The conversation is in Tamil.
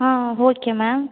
ah ah okay ma'am